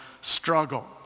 struggle